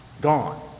gone